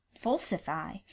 falsify